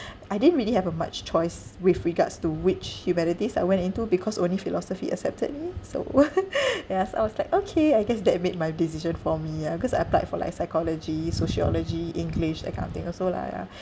I didn't really have a much choice with regards to which humanities I went into because only philosophy accepted me so ya so I was like okay I guess that made my decision for me ah because I applied for like psychology sociology english that kind of thing also lah yeah